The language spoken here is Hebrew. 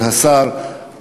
כבוד השר,